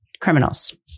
Criminals